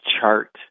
chart